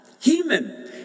human